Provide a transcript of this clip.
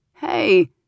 Hey